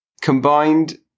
Combined